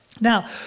Now